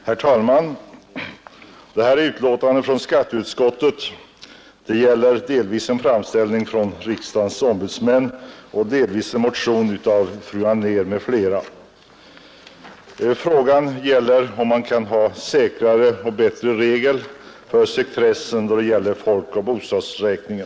Herr talman! I detta betänkande från skatteutskottet behandlas dels en framställning från riksdagens ombudsmän, dels en motion av fru Anér m.fl. Frågan gäller om man kan få säkrare och bättre regler för sekretessen vid folkoch bostadsräkning.